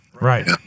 Right